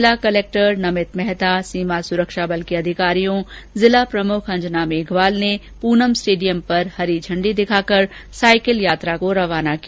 जिला कलेक्टर नमित मेहता सीमा सुरक्षा बल के अधिकारियों जिला प्रमुख अंजना मेघवाल ने पूनम स्टेडियम पर झण्डी दिखाकर साईकिल यात्रा को रवाना किया